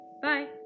Bye